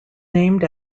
named